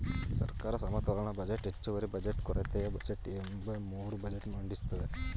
ಸರ್ಕಾರ ಸಮತೋಲನ ಬಜೆಟ್, ಹೆಚ್ಚುವರಿ ಬಜೆಟ್, ಕೊರತೆಯ ಬಜೆಟ್ ಎಂಬ ಮೂರು ಬಜೆಟ್ ಮಂಡಿಸುತ್ತದೆ